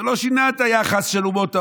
זה לא שינה את היחס של אומות העולם,